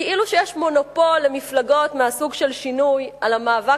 כאילו יש מונופול למפלגות מהסוג של שינוי על המאבק